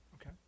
Okay